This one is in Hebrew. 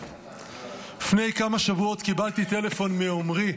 לפני כמה שבועות קיבלתי טלפון מעומרי,